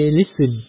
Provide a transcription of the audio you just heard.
listen